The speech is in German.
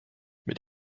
mit